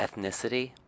ethnicity